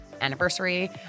anniversary